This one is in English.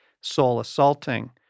soul-assaulting